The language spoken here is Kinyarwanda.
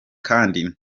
kandi